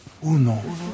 Uno